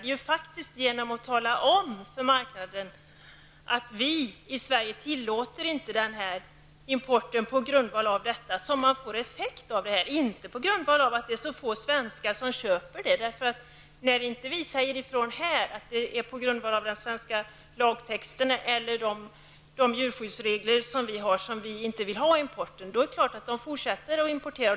Det är ju faktiskt genom att tala om för marknaden att vi i Sverige inte tillåter den här importen som man får effekt -- inte på grund av att det är så få svenskar som köper produkten. När inte vi säger ifrån att det är på grundval av den svenska lagtexten eller våra djurskyddsregler som vi inte vill ha importen, då är det klart att man fortsätter att importera.